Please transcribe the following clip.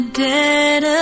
dead